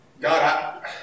God